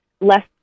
less